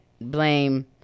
blame